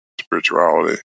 spirituality